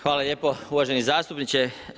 Hvala lijepo uvaženi zastupniče.